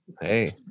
hey